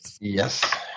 Yes